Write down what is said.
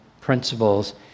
principles